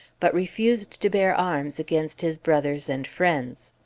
but refused to bear arms against his brothers and friends.